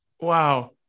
Wow